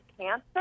cancer